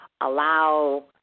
allow –